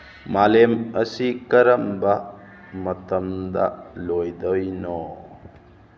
ꯃꯥꯂꯦꯝ ꯑꯁꯤ ꯀꯔꯝꯕ ꯃꯇꯝꯗ ꯂꯣꯏꯗꯣꯏꯅꯣ